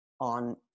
on